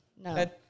No